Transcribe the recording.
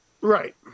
Right